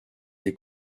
des